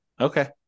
Okay